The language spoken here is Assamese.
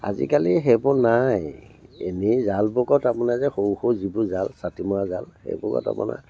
আজিকালি সেইবোৰ নাই এনেই জালবোকত আপোনাৰ যে সৰু সৰু যিবোৰ জাল ছাটি মৰা জাল সেইবোৰত আপোনাৰ